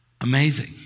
Amazing